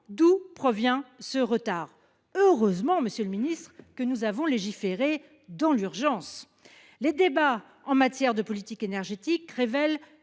d'où provient ce retard heureusement Monsieur le Ministre, que nous avons légiférer dans l'urgence les débats en matière de politique énergétique révèle